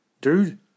dude